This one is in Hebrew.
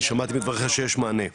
אני שומע בדבריך שיש מענה.